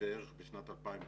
בערך בשנת 2010,